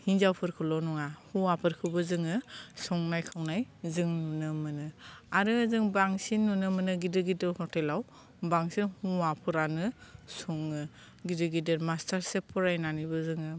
हिनजावफोरखौल' नङा हौवाफोरखौबो जोङो संनाय खावनाय जों नुनो मोनो आरो जों बांसिन नुनो मोनो गिदिर गिदिर हटेलाव बांसिन हौवाफोरानो सङो गिदिर गिदिर मास्टारचेफ फरायनानैबो जोङो